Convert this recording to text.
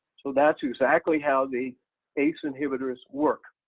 so that's exactly how the ace inhibitors work.